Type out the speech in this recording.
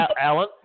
Alan